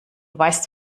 weißt